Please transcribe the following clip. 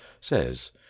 says